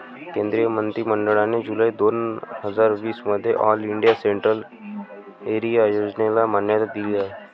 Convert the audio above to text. केंद्रीय मंत्रि मंडळाने जुलै दोन हजार वीस मध्ये ऑल इंडिया सेंट्रल एरिया योजनेला मान्यता दिली आहे